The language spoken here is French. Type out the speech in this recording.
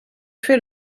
fait